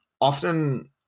often